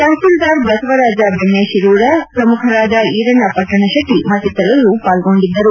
ತಹಶೀಲ್ವರ್ ಬಸವರಾಜ ಬೆಣ್ಣೆತಿರೂರ ಪ್ರಮುಖರಾದ ಈರಣ್ಣ ಪಟ್ಟಣಶೆಟ್ಟ ಮತ್ತಿತರರು ಪಾಲ್ಗೊಂಡಿದ್ದರು